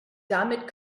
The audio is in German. damit